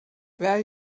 where